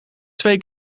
twee